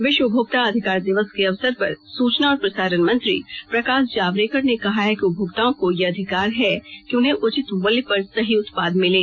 विश्व उपभोक्ता अधिकार दिवस के अवसर पर सूचना और प्रसारण मंत्री प्रकाश जावडेकर ने कहा है कि उपभोक्ताओं को यह अधिकार है कि उन्हें उचित मूल्य पर सही उत्पाद मिले